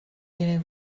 direz